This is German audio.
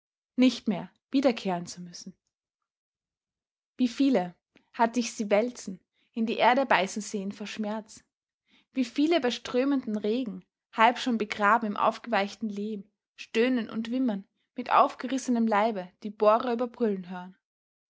nicht mehr wiederkehren zu müssen wie viele hatte ich sich wälzen in die erde beißen sehen vor schmerz wie viele bei strömendem regen halb schon begraben im aufgeweichten lehm stöhnen und wimmern mit aufgerissenem leibe die bora überbrüllen hören